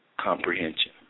comprehension